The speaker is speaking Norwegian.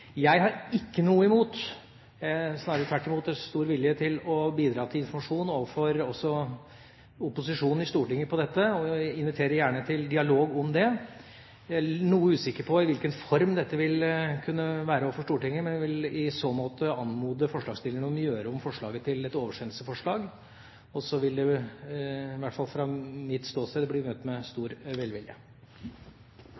Jeg har ikke noe imot, jeg har snarere tvert imot en stor vilje til, å bidra til informasjon overfor også opposisjonen i Stortinget om dette, og jeg inviterer gjerne til dialog om det. Jeg er noe usikker på hvilken form dette vil kunne ha overfor Stortinget, men jeg vil i så måte anmode forslagsstillerne om å gjøre om forslaget til et oversendelsesforslag, og så vil det, i hvert fall fra mitt ståsted, bli møtt med